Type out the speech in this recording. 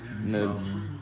No